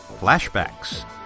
Flashbacks